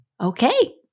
okay